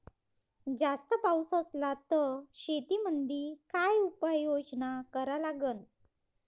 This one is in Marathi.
जास्त पाऊस असला त शेतीमंदी काय उपाययोजना करा लागन?